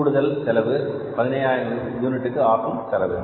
கூடுதல் 15000 யூனிட்டுக்கு ஆகும் செலவு